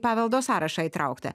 paveldo sąrašą įtraukta